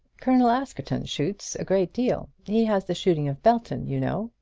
colonel askerton shoots a great deal. he has the shooting of belton, you know.